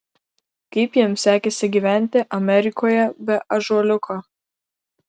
kaip jam sekėsi gyventi amerikoje be ąžuoliuko